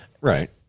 Right